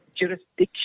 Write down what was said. jurisdiction